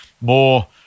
more